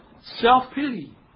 Self-pity